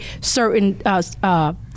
certain